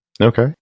Okay